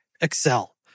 Excel